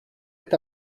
est